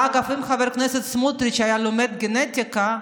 ואגב, אם חבר הכנסת סמוטריץ' היה לומד גנטיקה,